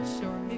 sure